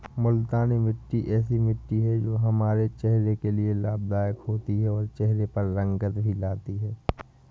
मूलतानी मिट्टी ऐसी मिट्टी है जो की हमारे चेहरे के लिए लाभदायक होती है और चहरे पर रंगत भी लाती है